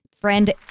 friend